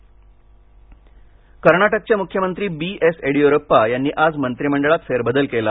कर्नाटक कर्नाटकचे मुख्यमंत्री B S Yediyurappa यांनी आज मंत्रिमंडळात फेरबदल केला